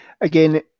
again